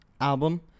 album